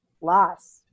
lost